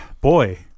boy